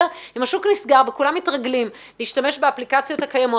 וכולם מתרגלים להשתמש באפליקציות הקיימות